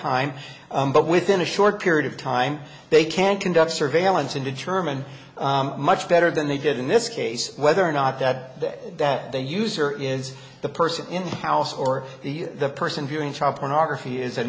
time but within a short period of time they can conduct surveillance and determine much better than they did in this case whether or not that that the user is the person in the house or the person viewing child pornography is